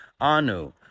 Anu